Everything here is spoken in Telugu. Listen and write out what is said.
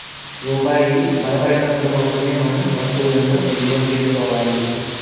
రూపాయి బలపడినప్పుడు మాత్రమే మనం వస్తువులను దిగుమతి చేసుకోవాలి